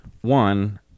one